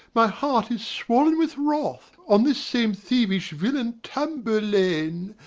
my heart is swoln with wrath on this same thievish villain tamburlaine,